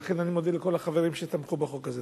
ולכן, אני מודה לכל החברים שתמכו בחוק הזה.